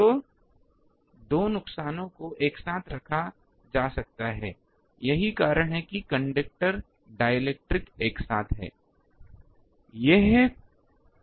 तो दो नुकसानों को एक साथ रखा जा सकता है यही कारण है कि कंडक्टर डिएलेक्ट्रिक एक साथ है